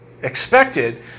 expected